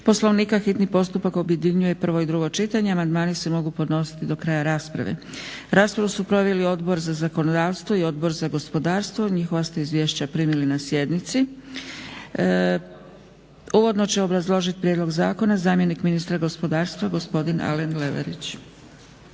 Poslovnika, hitni postupak objedinjuje prvo i drugo čitanje, amandmani se mogu podnositi do kraja rasprave. Raspravu su proveli Odbor za zakonodavstvo i Odbor za gospodarstvo. Njihova ste izvješća primili na sjednici. Uvodno će obrazložiti prijedlog zakona zamjenik ministra gospodarstva gospodin Alen Leverić.